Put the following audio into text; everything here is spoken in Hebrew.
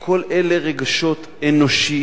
כל אלה רגשות אנושיים,